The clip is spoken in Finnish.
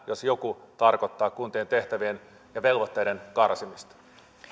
jos mikä tarkoittaa kuntien tehtävien ja velvoitteiden karsimista